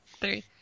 three